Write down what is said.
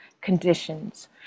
conditions